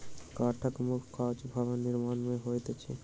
काठक मुख्य काज भवन निर्माण मे होइत अछि